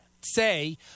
say